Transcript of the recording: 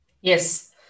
Yes